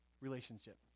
relationship